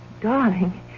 darling